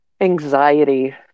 anxiety